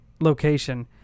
location